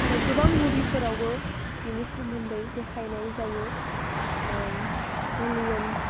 आरो गोबां मुभिफोरावबो बेनि सोमोन्दै देखायनाय जायो एलियेन